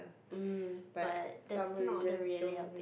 um but that's not the reality